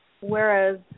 whereas